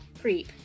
creep